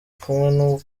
kumwe